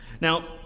Now